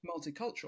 multicultural